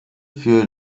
für